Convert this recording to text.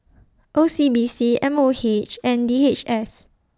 O C B C M O H and D H S